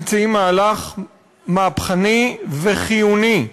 מציעים מהלך מהפכני וחיוני: